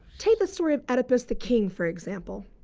take the story of oedipus the king, for example.